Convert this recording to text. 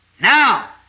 Now